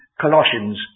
Colossians